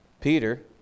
Peter